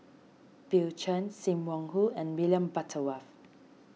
Bill Chen Sim Wong Hoo and William Butterworth